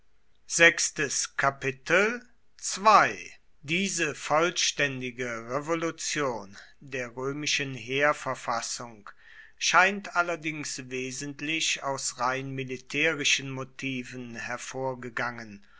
diese vollständige revolution der römischen heerverfassung scheint allerdings wesentlich aus rein militärischen motiven hervorgegangen